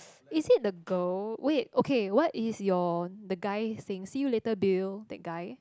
is it the girl wait okay what is your the guy saying see you later Bill that guy